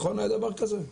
נכון היה דבר כזה?